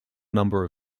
number